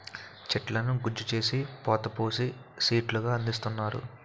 చెట్లను గుజ్జు చేసి పోత పోసి సీట్లు గా అందిస్తున్నారు